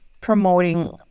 promoting